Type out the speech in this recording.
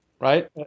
right